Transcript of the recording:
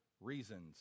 reasons